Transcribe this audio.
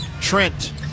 Trent